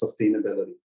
sustainability